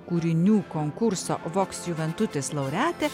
kūrinių konkurso voksiu ventutis laureatė